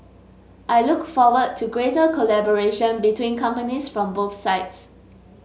I look forward to greater collaboration between companies from both sides